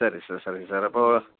சரி சார் சரிங்க சார் அப்போது